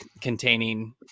containing